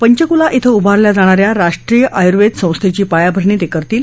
पंचकुला धिं उभारल्या जाणा या राष्ट्रीय आयुर्वेद संस्थेची पायाभरणी ते करतील